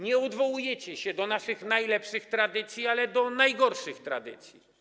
Nie odwołujecie się do naszych najlepszych tradycji, ale do najgorszych tradycji.